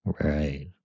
Right